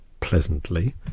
pleasantly